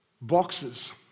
boxes